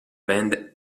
band